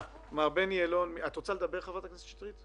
שני יעדים מרכזיים כשיצאנו לדרך עם המשבר והניהול שלו.